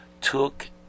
took